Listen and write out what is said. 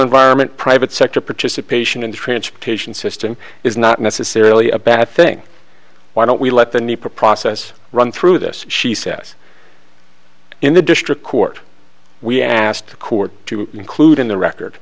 environment private sector participation in the transportation system is not necessarily a bad thing why don't we let the ne process run through this she says in the district court we asked court to include in the record